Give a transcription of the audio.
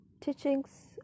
Teachings